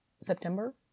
september